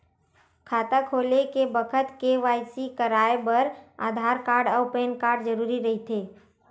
खाता खोले के बखत के.वाइ.सी कराये बर आधार कार्ड अउ पैन कार्ड जरुरी रहिथे